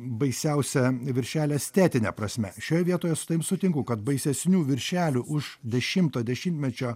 baisiausią viršelio estetine prasme šioje vietoje su tavim sutinku kad baisesnių viršelių už dešimto dešimtmečio